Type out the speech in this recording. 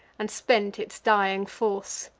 and spent its dying force.